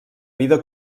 vida